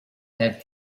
have